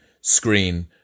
screen